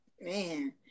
Man